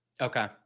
Okay